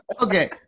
Okay